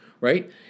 right